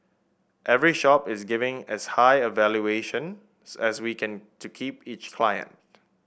every shop is giving as high a valuation as we can to keep each client